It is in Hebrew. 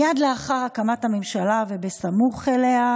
מייד לאחר הקמת הממשלה וסמוך לה